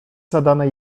zadane